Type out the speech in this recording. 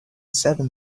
seven